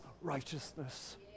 righteousness